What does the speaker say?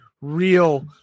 Real